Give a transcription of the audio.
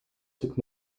took